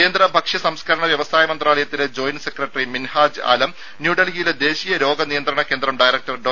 കേന്ദ്ര ഭക്ഷ്യ സംസ്കരണ വ്യവസായ മന്ത്രാലയത്തിലെ ജോയിന്റ് സെക്രട്ടറി മിൻഹാജ് ആലം ന്യൂഡൽഹിയിലെ ദേശീയ രോഗ നിയന്ത്രണ കേന്ദ്രം ഡയറക്ടർ ഡോ